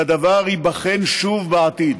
והדבר ייבחן שוב בעתיד.